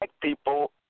people